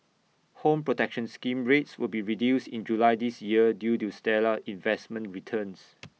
home protection scheme rates will be reduced in July this year due to stellar investment returns